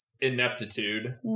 ineptitude